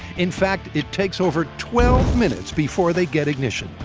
in fact, it takes over twelve minutes before they get ignition.